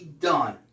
done